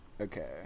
Okay